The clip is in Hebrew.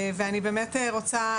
ואני באמת רוצה,